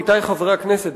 עמיתי חברי הכנסת,